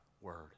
word